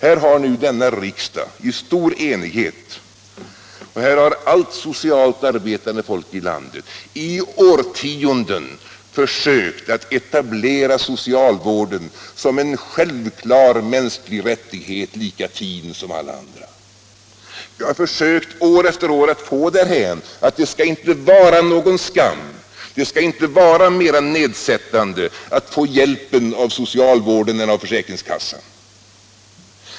Här har nu denna riksdag i stor enighet och här har allt socialt arbetande folk i landet i årtionden försökt att etablera socialvården som en självklart mänsklig rättighet lika fin som alla andra. Vi har försökt år efter år att få det därhän att det inte skall vara någon skam, att det inte skall vara mer nedsättande att få hjälpen av socialvården än av försäkringskassan.